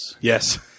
Yes